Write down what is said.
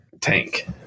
Tank